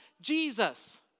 Jesus